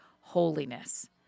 holiness